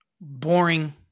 boring